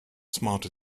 smarter